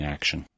Action